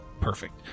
Perfect